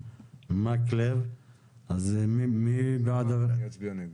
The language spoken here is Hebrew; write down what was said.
אנחנו לא נותנים.